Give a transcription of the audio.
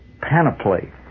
panoply